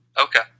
Okay